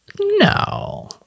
No